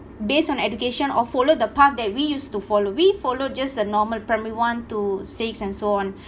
based on education or follow the path that we used to follow we follow just a normal primary one to six and so on